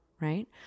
right